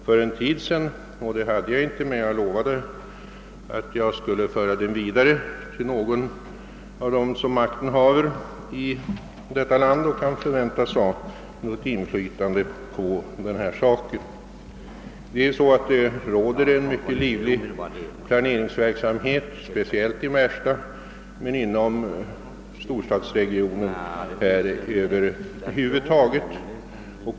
Det sade jag att jag inte hade, men jag 1lovade att föra frågan vidare till någon av dem som makten haver i detta land och kan förväntas ha inflytande i detta fall. Det råder en mycket livlig planeringsverksamhet inom storstockholmsregionen över huvud taget och speciellt i Märsta.